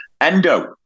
Endo